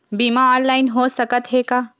बीमा ऑनलाइन हो सकत हे का?